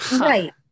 Right